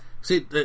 see